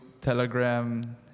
Telegram